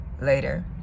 later